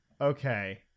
Okay